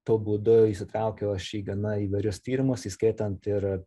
tuo būdu įsitraukiau aš į gana įvairius tyrimus įskaitant ir